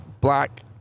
black